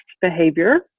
behavior